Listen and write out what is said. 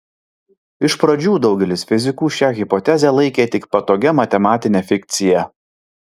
iš pradžių daugelis fizikų šią hipotezę laikė tik patogia matematine fikcija